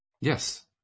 Yes